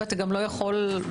אתה גם לא יכול לנייד